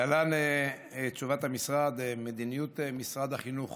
להלן תשובת המשרד: מדיניות משרד החינוך